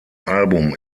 album